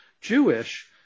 jewish